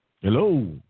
hello